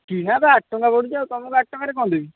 କିଣା ପା ଆଠଟଙ୍କା ପଡ଼ୁଛି ଆଉ ତୁମକୁ ଆଠ ଟଙ୍କାରେ କ'ଣ ଦେବି